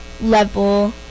level